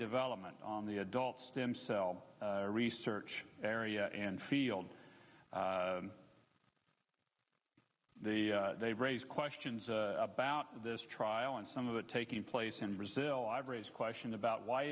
development on the adult stem cell research area and field they've raised questions about this trial and some of it taking place in brazil i've raised questions about why